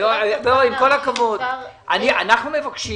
אנחנו מבקשים